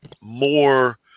more